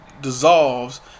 dissolves